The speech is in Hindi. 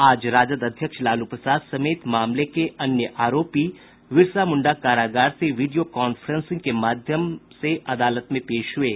आज राजद अध्यक्ष लालू प्रसाद समेत मामले के अन्य आरोपी बिरसा मुंडा कारागार से वीडियो कांफ्रेंसिंग के माध्यम से अदालत में पेश हये